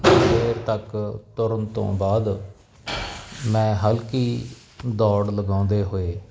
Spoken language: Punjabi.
ਦੇਰ ਤੱਕ ਤੁਰਨ ਤੋਂ ਬਾਅਦ ਮੈਂ ਹਲਕੀ ਦੌੜ ਲਗਾਉਂਦੇ ਹੋਏ